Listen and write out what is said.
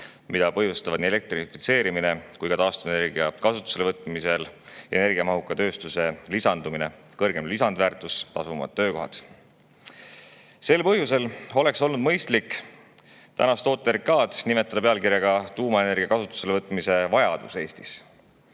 mida põhjustavad nii elektrifitseerimine kui ka taastuvenergia kasutusele võtmisel energiamahuka tööstuse lisandumine, kõrgem lisandväärtus ja tasuvamad töökohad. Sel põhjusel oleks olnud mõistlik [panna] tänase OTRK pealkirjaks "Tuumaenergia kasutusele võtmise vajadus Eestis".